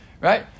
right